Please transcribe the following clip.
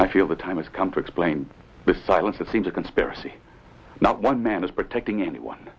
i feel the time has come to explain the silence that seems a conspiracy not one man is protecting anyone